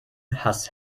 has